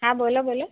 હા બોલો બોલો